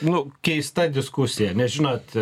nu keista diskusija nes žinot